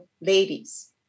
ladies